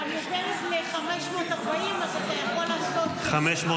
אני עוברת ל-540, אז אתה יכול לעשות --- 540.